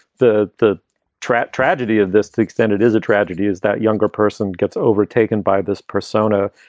the the trap tragedy of this to extend it is a tragedy is that younger person gets overtaken by this persona,